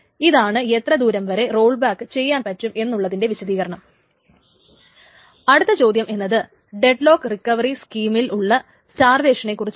ഇതാണ് എത്ര ദൂരം വരെ റോൾ ബാക്ക് ചെയ്യാൻ പറ്റും എന്നുള്ളതിൻറെ വിശദീകരണം അടുത്ത ചോദ്യം എന്നത് ഡെഡ്ലോക്ക് റിക്കവറി സ്കീമിൽ ഉള്ള സ്റ്റാർവേഷനിനെക്കുറിച്ചാണ്